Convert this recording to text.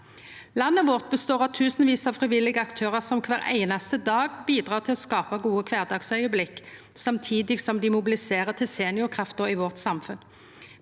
Landet vårt består av tusenvis av frivillige aktørar som kvar einaste dag bidreg til å skapa gode kvardagsaugeblikk, samtidig som dei mobiliserer til seniorkrafta i samfunnet